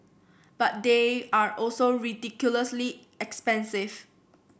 but they are also ridiculously expensive